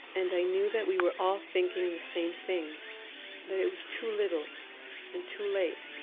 and i knew that we were all thinking the same thing that it was too little and too late.